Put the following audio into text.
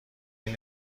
این